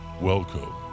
Welcome